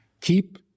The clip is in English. Keep